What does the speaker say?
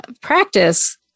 practice